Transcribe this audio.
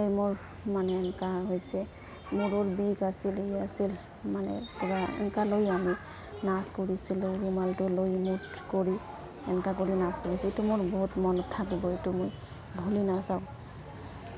এই মোৰ মানে এনেকা হৈছে মূৰৰ বিষ আছিল ইয়ে আছিল মানে পূৰা এনেকা লৈ আমি নাচ কৰিছিলোঁ ৰুমালটো লৈ মুঠ কৰি এনকা কৰি নাচ কৰিছোঁ এইটো মোৰ বহুত মনত থাকি গ'ল এইটো মই ভুলি নাযাওঁ